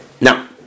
now